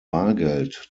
bargeld